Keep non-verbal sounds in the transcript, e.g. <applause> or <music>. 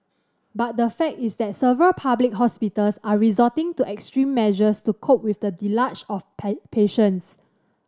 but the fact is that several public hospitals are resorting to extreme measures to cope with the deluge of <unintelligible> patients